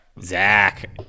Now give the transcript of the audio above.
Zach